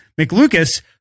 McLucas